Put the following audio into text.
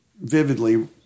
vividly